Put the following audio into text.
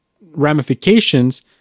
ramifications